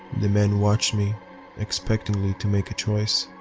the man watched me expectantly to make a choice.